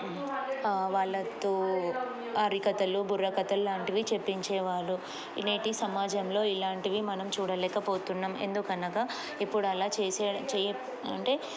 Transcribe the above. వాళ్ళతో హారికథలు బుర్రకథలు లాంటివి చెప్పించేవాళ్ళు నేటి సమాజంలో ఇలాంటివి మనం చూడలేకపోతున్నాం ఎందుకనగా ఇప్పుడు అలా చేసే చె అంటే